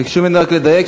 ביקשו ממני רק לדייק,